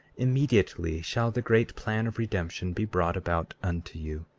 immediately shall the great plan of redemption be brought about unto you.